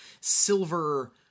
silver